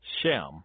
Shem